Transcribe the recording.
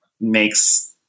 makes